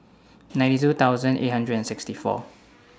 ninety two thousand eight hundred and sixty four